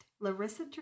Larissa